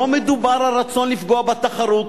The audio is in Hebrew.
לא מדובר על רצון לפגוע בתחרות,